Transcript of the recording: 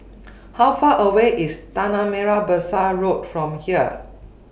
How Far away IS Tanah Merah Besar Road from here